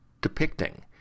depicting